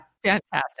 Fantastic